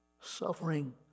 suffering